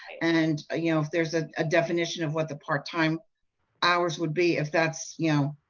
and ah you know if there is a ah definition of what the part-time hours would be, if that's you know,